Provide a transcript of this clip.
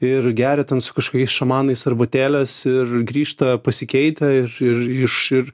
ir geria ten su kažkokiais šamanais arbatėles ir grįžta pasikeitę ir ir iš ir